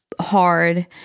hard